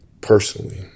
personally